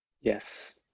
Yes